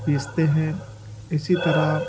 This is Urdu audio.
پیستے ہیں اسی طرح